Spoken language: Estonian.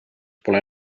pole